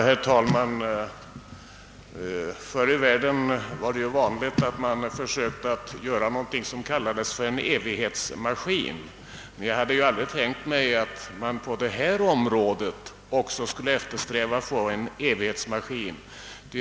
Herr talman! Förr i världen var det ju vanligt att man försökte konstruera någonting som kallades en evighetsmaskin, men jag hade aldrig tänkt mig att man också på detta område skulle eftersträva att få en evighetsmaskin.